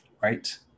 right